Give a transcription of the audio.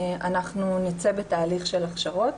אנחנו נצא בתהליך של הכשרות